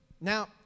Now